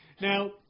Now